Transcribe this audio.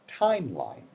timeline